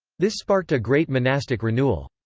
this sparked a great monastic renewal.